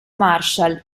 marshall